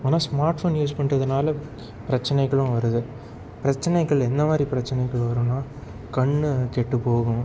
ஆனால் smart phone use பண்ணுறதுனால பிரச்சினைகளும் வருது பிரச்சினைகள் எந்த மாதிரி பிரச்சினைகள் வருன்னால் கண் கெட்டுப்போகும்